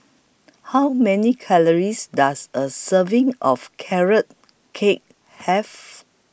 How Many Calories Does A Serving of Carrot Cake Have